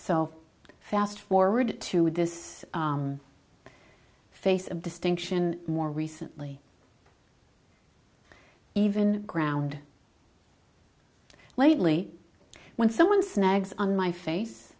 so fast forward to with this face of distinction more recently even ground lately when someone snags on my face